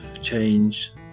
change